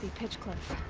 pitchcliff.